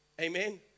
Amen